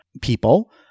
people